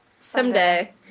Someday